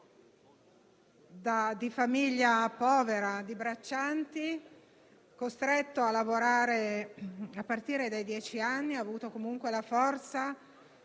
di famiglia povera di braccianti, costretto a lavorare a partire dai dieci anni, ha avuto comunque la forza